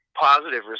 positive